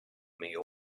meal